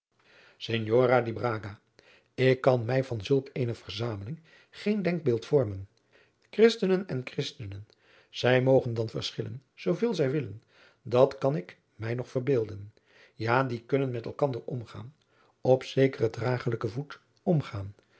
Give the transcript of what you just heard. braga ik kan mij van zulk eene adriaan loosjes pzn het leven van maurits lijnslager zamenleving geen denkbeeld vormen christenen en christenen zij mogen dan verschillen zooveel zij willen dat kan ik mij nog verbeelden ja die kunnen met elkander omgaan op zekeren dragelijken voet omgaan